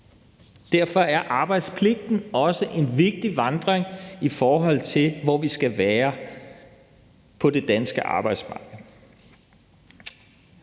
derfor er arbejdspligten også vigtig, i forhold til hvor vi skal være på det danske arbejdsmarked.